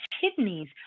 kidneys